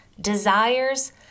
desires